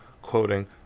quoting